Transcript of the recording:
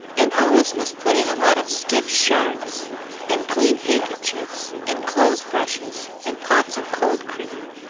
and always must put in a lot of stiff shirts and clean handkerchiefs and clothes-brushes and pots of cold cream.